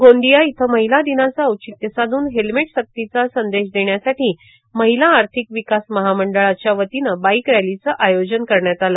गोंदिया इथं महिला दिनाचं औचित्य साधून हेल्मेट सक्तीचा संदेश देण्यासाठी महिला आर्थिक विकास महामंडळाच्या वतीनं बाईक रॅलीचं आयोजन करण्यात आलं